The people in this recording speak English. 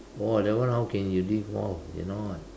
oh that one how can you live off cannot